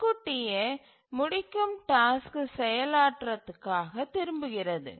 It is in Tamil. முன்கூட்டியே முடிக்கும் டாஸ்க்கு செயலற்றதாகத் திரும்புகிறது